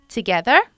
Together